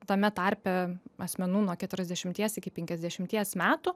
tame tarpe asmenų nuo keturiasdešimties iki penkiasdešimties metų